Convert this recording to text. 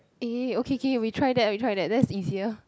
eh okay okay we try that we try that that's easier